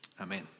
Amen